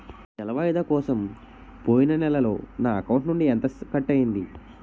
నెల వాయిదా కోసం పోయిన నెలలో నా అకౌంట్ నుండి ఎంత కట్ అయ్యింది?